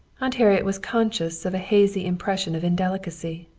aunt harriet was conscious of a hazy impression of indelicacy.